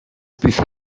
buffet